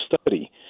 study